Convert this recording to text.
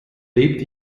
lebt